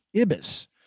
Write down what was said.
ibis